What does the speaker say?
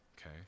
okay